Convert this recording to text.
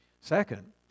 Second